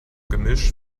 gemisch